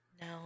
No